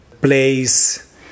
place